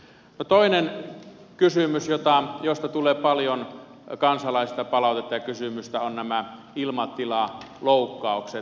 toinen kysymys josta tulee paljon kansalaisilta palautetta ja kysymyksiä on nämä ilmatilaloukkaukset